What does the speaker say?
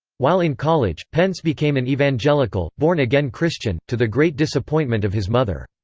while in college, pence became an evangelical, born-again christian, to the great disappointment of his mother.